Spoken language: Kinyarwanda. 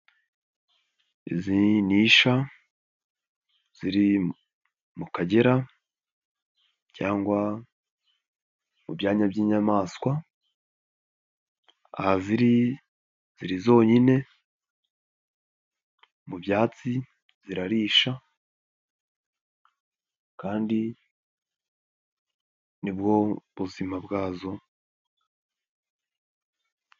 Izi ni isha ziri mu Kagera cyangwa mu byanya by'inyamaswa aha ziri ziri zonyine mu byatsi zirarisha kandi nibwo buzima bwazo.